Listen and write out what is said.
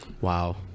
Wow